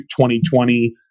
2020